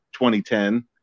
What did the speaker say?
2010